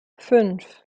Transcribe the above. fünf